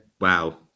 Wow